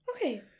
Okay